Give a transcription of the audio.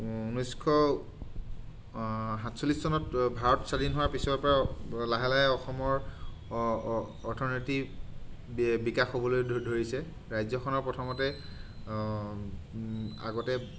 ঊনৈছশ সাতচল্লিছ চনত ভাৰত স্বাধীন হোৱাৰ পিছৰ পৰা লাহে লাহে অসমৰ অৰ্থনীতি বি বিকাশ হ'বলৈ ধৰিছে ৰাজ্যখনৰ প্ৰথমতে আগতে